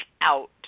out